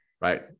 right